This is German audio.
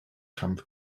kampf